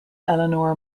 eleanor